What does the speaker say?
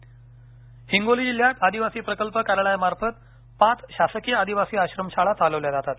आदिवासी शाळा हिंगोली हिंगोली जिल्हयात आदिवासी प्रकल्प कार्यालयामार्फत पाच शासकिय आदिवासी आश्रमशाळा चालविल्या जातात